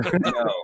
No